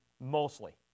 mostly